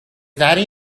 daddy